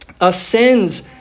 ascends